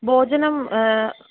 भोजनं